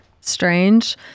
Strange